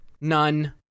None